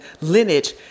lineage